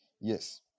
Yes